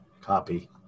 copy